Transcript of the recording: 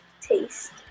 taste